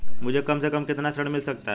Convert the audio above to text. मुझे कम से कम कितना ऋण मिल सकता है?